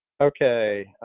Okay